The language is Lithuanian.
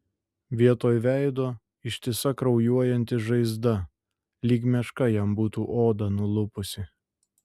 vietoj veido ištisa kraujuojanti žaizda lyg meška jam būtų odą nulupusi